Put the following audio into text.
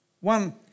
One